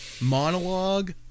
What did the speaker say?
monologue